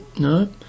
no